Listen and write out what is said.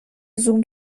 زوم